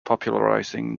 popularizing